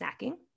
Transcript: snacking